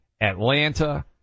Atlanta